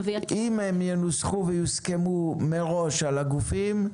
אם הם ינוסחו ויוסכמו מראש על הגופים,